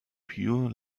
pure